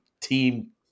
Team